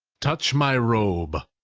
touch my robe!